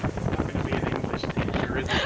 it's not going to be an english teacher is